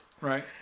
Right